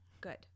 Good